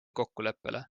kokkuleppele